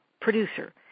producer